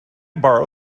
borrow